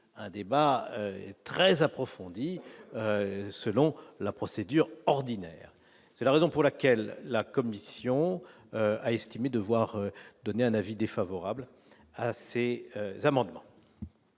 un débat très approfondi. Selon la procédure ordinaire, c'est la raison pour laquelle la Commission a estimé devoir donner un avis défavorable assez amendements.